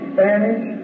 Spanish